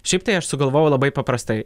šiaip tai aš sugalvojau labai paprastai